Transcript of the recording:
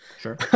Sure